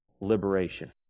liberation